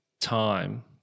time